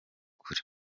kure